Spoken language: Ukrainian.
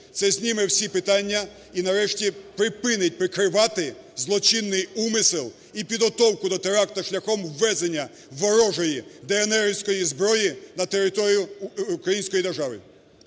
Це зніме всі питання і нарешті, припинить прикривати злочинний умисел і підготовку до теракту шляхом ввезення ворожої денеерівської зброї на територію української держави.